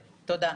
תודה.